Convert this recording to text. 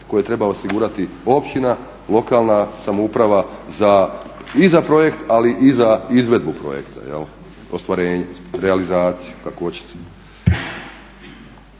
koje treba osigurati općina, lokalna samouprava i za projekt ali i za izvedbu projekta, ostvarenje, realizaciju kako oćete.